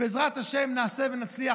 ובעזרת השם נעשה ונצליח,